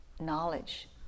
knowledge